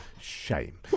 shame